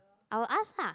I will ask lah